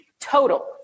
total